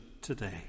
today